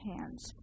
hands